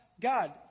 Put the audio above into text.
God